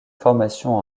formation